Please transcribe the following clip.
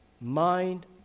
mind